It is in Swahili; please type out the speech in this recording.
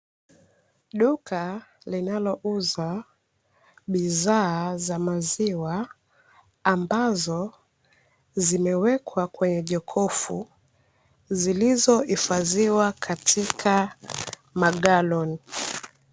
Duka linalouza bidhaa za maziwa, ambazo zimewekwa kwenye jokofu, zilizohifadhiwa katika magaloni.